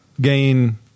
gain